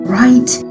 right